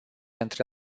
între